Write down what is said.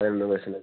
രണ്ട് പെർസന്റേജ്